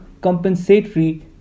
compensatory